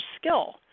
skill